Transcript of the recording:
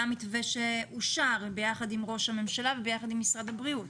היה מתווה שאושר יחד עם ראש הממשלה ויחד עם משרד הבריאות.